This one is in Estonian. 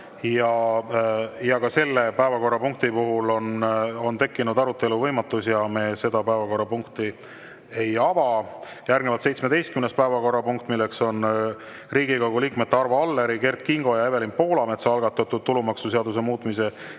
Ja ka selle päevakorrapunkti puhul on tekkinud arutelu võimatus ja me seda päevakorrapunkti ei ava. Järgnevalt 17. päevakorrapunkt, milleks on Riigikogu liikmete Arvo Alleri, Kert Kingo ja Evelin Poolametsa algatatud tulumaksuseaduse muutmise